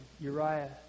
Uriah